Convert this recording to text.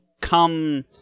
come